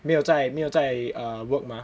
没有在没有在 err work mah